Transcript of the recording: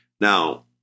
Now